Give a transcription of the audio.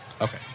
Okay